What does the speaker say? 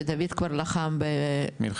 שדוד כבר לחם בצבא